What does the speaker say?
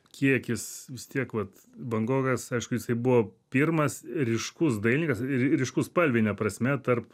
kiekis vis tiek vat bangogas aišku jisai buvo pirmas ryškus dailininkas ry ryškus spalvine prasme tarp